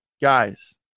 guys